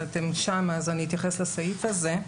אתם שם ואני אתייחס לסעיף הזה.